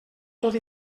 tot